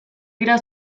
dira